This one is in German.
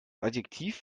adjektiv